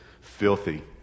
filthy